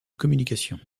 communication